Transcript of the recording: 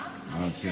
זו זכות.